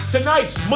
Tonight's